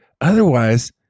Otherwise